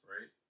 right